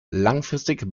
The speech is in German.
langfristig